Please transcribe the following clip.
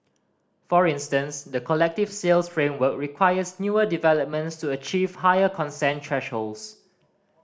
for instance the collective sales framework requires newer developments to achieve higher consent thresholds